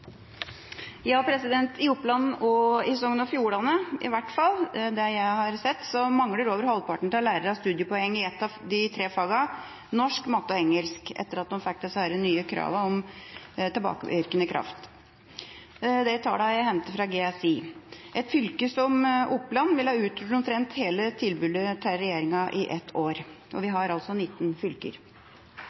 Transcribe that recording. I Oppland og Sogn og Fjordane – i hvert fall etter det jeg har sett – mangler over halvparten av lærerne studiepoeng i et av de tre fagene norsk, matte og engelsk, etter at de fikk disse nye kravene med tilbakevirkende kraft. Tallene er hentet fra GSI. I et fylke som Oppland vil det utgjøre omtrent hele tilbudet til regjeringa i ett år, og vi har altså 19 fylker.